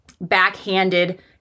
backhanded